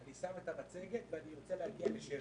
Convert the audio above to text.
מדינת ישראל יצאה במבצע רכישה לדיור הציבורי.